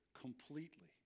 completely